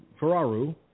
Ferraru